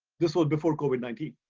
this was before covid nineteen.